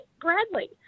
Bradley